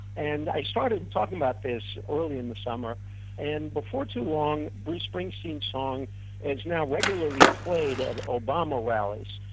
and i started talking about this early in the summer and before too long bruce springsteen's song is now regularly played at obama rallies.